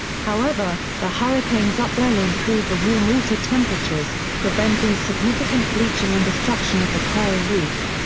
however, the hurricane's upwelling cooled the warm water temperatures, preventing significant bleaching and destruction of the coral reef.